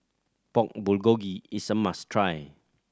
Pork Bulgogi is a must try